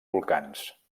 volcans